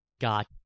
got